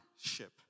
ship